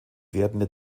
werdende